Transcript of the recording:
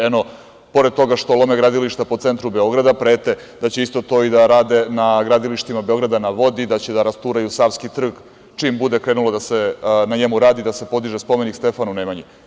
Eno, pored toga što lome gradilišta po centru Beograda, prete da će isto to da rade na gradilištima „Beograda na vodi“, da će da rasturaju Savski trg čim bude krenulo na njemu da se radi, da se podiže spomenik Stefanu Nemanji.